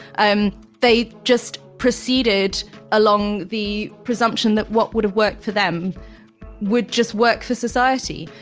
um they just proceeded along the presumption that what would've worked for them would just work for society.